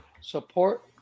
support